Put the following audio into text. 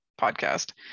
podcast